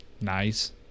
nice